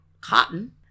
Cotton